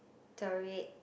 terroriste